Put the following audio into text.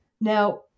now